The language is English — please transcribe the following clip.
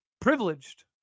privileged